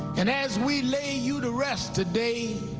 and as we lay you to rest today,